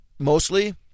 Mostly